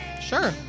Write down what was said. Sure